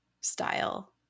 style